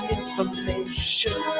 information